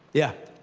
yeah.